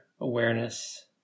awareness